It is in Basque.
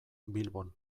bilbon